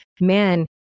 man